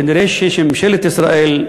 כנראה ממשלת ישראל,